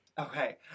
Okay